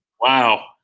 Wow